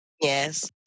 Yes